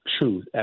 truth